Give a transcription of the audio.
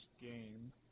game